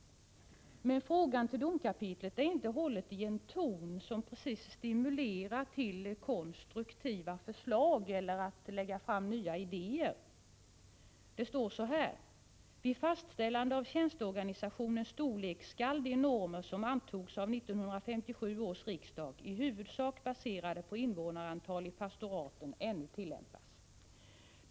Frågan till domkapitlen är inte hållen i en ton som stimulerar till just konstruktiva förslag eller till att lägga fram nya idéer. Det står så här i skrivelsen från civildepartementet: ”Vid fastställande av tjänsteorganisationens storlek skall de normer som antogs av 1957 års riksdag — i huvudsak baserade på invånarantalet i pastoraten — ännu tillämpas.